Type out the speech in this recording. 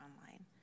online